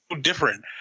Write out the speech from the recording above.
different